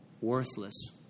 worthless